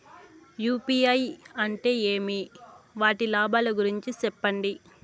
UPI అంటే ఏమి? వాటి లాభాల గురించి సెప్పండి?